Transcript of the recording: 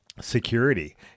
security